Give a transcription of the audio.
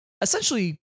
essentially